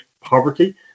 poverty